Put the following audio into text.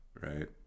Right